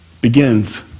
Begins